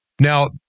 Now